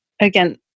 again